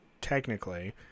technically